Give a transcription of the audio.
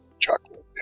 Chocolate